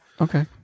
Okay